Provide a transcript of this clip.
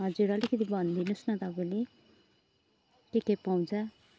हजुर अलिकति भनिदिनु होस् न तपाईँले के के पाउँछ